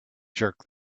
jerk